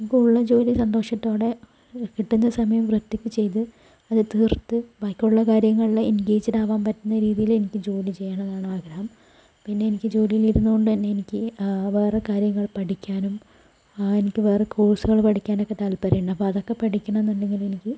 ഇപ്പോൾ ഉള്ള ജോലി സന്തോഷത്തോടെ കിട്ടുന്ന സമയം വൃത്തിക്ക് ചെയ്ത് അത് തീർത്ത് ബാക്കിയുള്ള കാര്യങ്ങളിൽ എൻഗേജ്ഡ് ആകുവാൻ പറ്റുന്ന രീതിയിൽ എനിക്ക് ജോലി ചെയ്യണം എന്നാണ് ആഗ്രഹം പിന്നെ എനിക്ക് ജോലിയിൽ ഇരുന്നുകൊണ്ട് തന്നെ എനിക്ക് വേറെ കാര്യങ്ങൾ പഠിക്കാനും എനിക്ക് വേറെ കോഴ്സുകൾ പഠിക്കാനുമൊക്കെ താല്പര്യമുണ്ട് അപ്പോൾ അതൊക്കെ പഠിക്കണം എന്നുണ്ടെങ്കിൽ എനിക്ക്